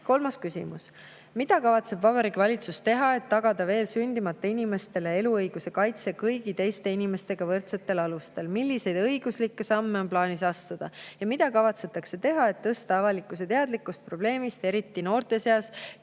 Kolmas küsimus: "Mida kavatseb Vabariigi Valitsus teha, et tagada veel sündimata inimestele eluõiguse kaitse kõigi teiste inimestega võrdsetel alustel? Milliseid õiguslikke samme on plaanis astuda? Ja mida kavatsetakse teha, et tõsta avalikkuse teadlikkust probleemist, eriti noorte seas,